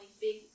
big